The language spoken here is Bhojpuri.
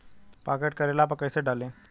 पॉकेट करेला पर कैसे डाली?